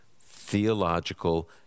theological